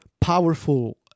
powerful